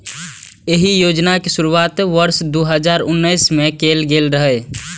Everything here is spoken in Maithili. एहि योजनाक शुरुआत वर्ष दू हजार उन्नैस मे कैल गेल रहै